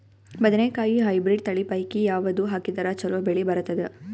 ಬದನೆಕಾಯಿ ಹೈಬ್ರಿಡ್ ತಳಿ ಪೈಕಿ ಯಾವದು ಹಾಕಿದರ ಚಲೋ ಬೆಳಿ ಬರತದ?